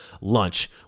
lunch